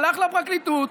הלך לפרקליטות,